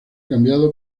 cambiado